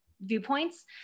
viewpoints